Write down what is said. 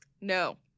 No